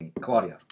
Claudia